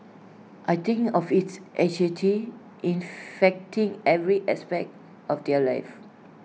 I think of it's anxiety infecting every aspect of their lives